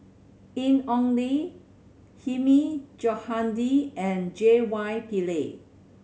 Ian Ong Li Hilmi Johandi and J Y Pillay